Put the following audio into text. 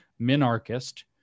minarchist